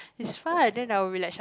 it's fun then I'll be like sh~